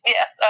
Yes